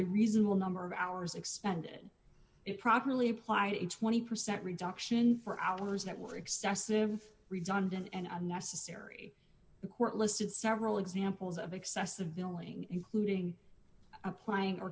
the reasonable number of hours expended it properly applied a twenty percent reduction for hours that were excessive redundant and unnecessary the court listed several examples of excessive billing including applying